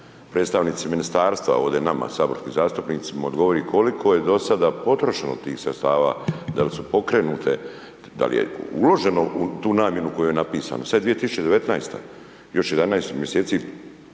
predstavnici ministarstva ovdje nama saborskim zastupnicima odgovori koliko je do sada potrošeno tih sredstava, da li su pokrenute, da li je uloženu u tu namjenu koju je napisano, sad je 2019., još 11 mjeseci